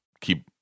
keep